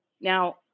Now